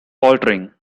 faltering